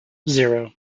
zero